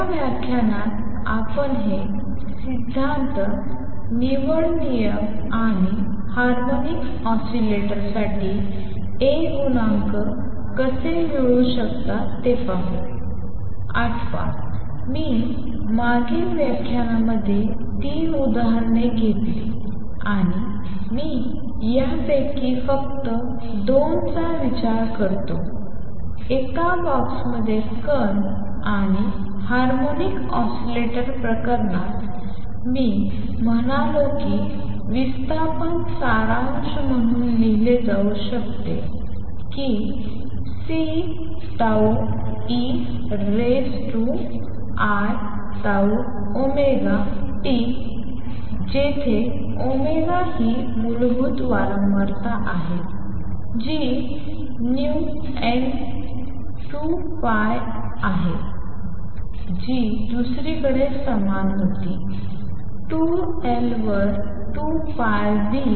या व्याख्यानात आपण हे सिद्धांत निवड नियम आणि हार्मोनिक ऑसीलेटरसाठी A गुणांक कसे मिळवू शकतात ते पाहू आठवा मी मागील व्याख्यानांमध्ये 3 उदाहरणे घेतली आणि मी यापैकी फक्त दोनचा विचार करतो एका बॉक्समध्ये कण आणि हार्मोनिक ऑसिलेटर प्रकरणात मी म्हणालो की विस्थापन सारांश म्हणून लिहीले जाऊ शकते कि C tau E raise to I tau omega T जेथे ओमेगा ही मूलभूत वारंवारता आहे जी न्यू गुणा 2 पाई आहे जी दुसरीकडे समान होती 2 L वर 2 pi v